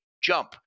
jump